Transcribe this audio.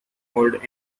old